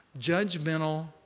judgmental